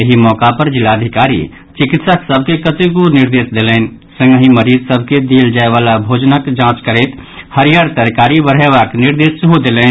एहि मौका पर जिलाधिकारी चिकित्सक सभ के कतेको निर्देश देलनि संगहि मरीज सभक देल जायवला भोजनक जांच करैत हरियर तरकारी बढ़यबाक निर्देश सेहो देलनि